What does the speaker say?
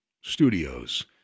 studios